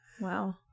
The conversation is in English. Wow